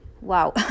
Wow